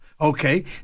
Okay